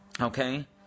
Okay